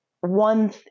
one